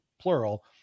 plural